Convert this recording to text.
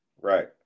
Right